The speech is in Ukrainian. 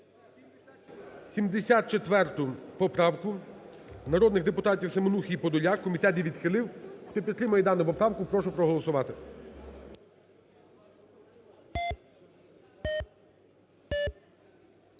74 поправку народних депутатів Семенухи і Подоляк, комітет її відхилив. Хто підтримує дану поправку, прошу проголосувати.